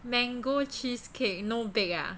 mango cheesecake no bake ah